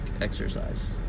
exercise